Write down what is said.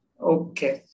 Okay